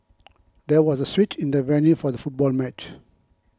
there was a switch in the venue for the football match